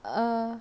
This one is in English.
err